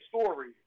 story